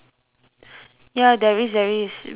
ya there is there is which is with the word